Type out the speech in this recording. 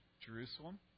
Jerusalem